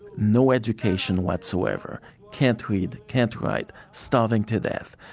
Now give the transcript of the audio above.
no education whatsoever, can't read, can't write, starving to death.